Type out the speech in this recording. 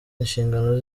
inshingano